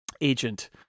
agent